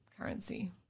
currency